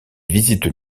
visites